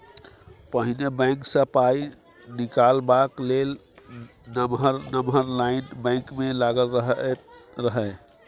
पहिने बैंक सँ पाइ निकालबाक लेल नमहर नमहर लाइन बैंक मे लागल रहैत रहय